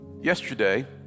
Yesterday